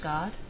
God